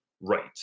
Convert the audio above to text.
right